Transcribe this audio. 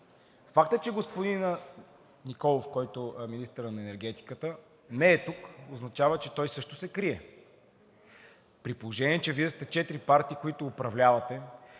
Фактът, че господин Николов, който е министър на енергетиката, не е тук, означава, че той също се крие. При положение че Вие сте четири партии, които управлявате,